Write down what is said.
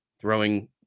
throwing